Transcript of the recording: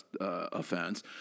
offense